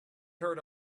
heard